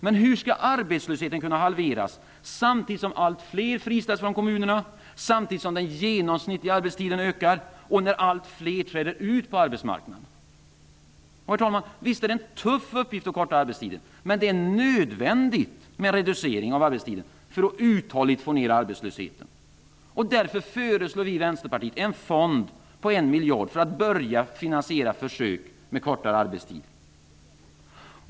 Men hur skall arbetslösheten kunna halveras samtidigt som allt fler friställs från kommunerna, den genomsnittliga arbetstiden ökar och allt fler träder ut på arbetsmarknaden? Det är förvisso, herr talman, en tuff uppgift att förkorta arbetstiden. Men det är nödvändigt med en reducering för att varaktigt få ned arbetslösheten. Därför föreslår Vänsterpartiet en fond på en miljard för att börja finansiera försök med kortare arbetstid.